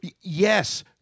Yes